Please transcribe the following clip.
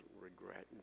regret